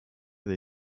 they